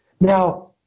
Now